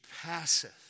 passeth